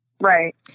Right